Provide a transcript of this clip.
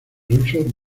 ruso